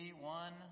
one